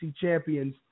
champions